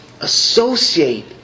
associate